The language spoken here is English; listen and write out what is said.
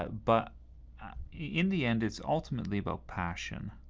but in the end it's ultimately about passion.